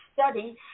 study